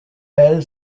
elle